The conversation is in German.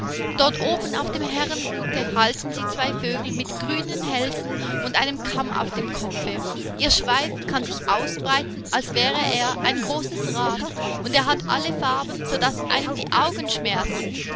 dort oben auf dem herrengute halten sie zwei vögel mit grünen hälsen und einem kamm auf dem kopfe ihr schweif kann sich ausbreiten als wäre er ein großes rad und er hat alle farben sodaß einem die augen schmerzen